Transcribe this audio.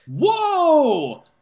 Whoa